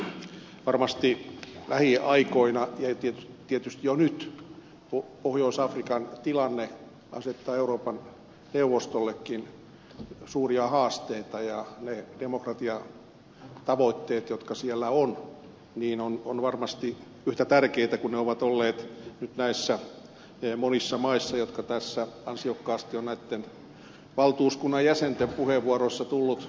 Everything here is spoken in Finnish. varmasti lähiaikoina ja tietysti jo nyt pohjois afrikan tilanne asettaa euroopan neuvostollekin suuria haasteita ja ne demokratiatavoitteet jotka siellä ovat ovat varmasti yhtä tärkeitä kuin ne ovat olleet nyt näissä monissa maissa jotka tässä ansiokkaasti ovat näitten valtuuskunnan jäsenten puheenvuoroissa tulleet esille